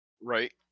Right